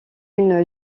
une